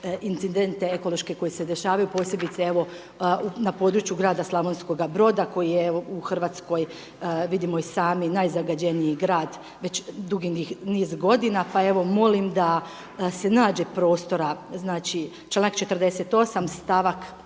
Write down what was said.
incidente ekološke koje se dešavaju, posebice na području grada Slavonskog Broda koji je u Hrvatskoj, vidimo i sami, najzagađeniji grad već dugi niz godina. Pa evo molim da se nađe prostora, članak 48. stavak